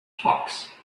hawks